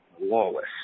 Lawless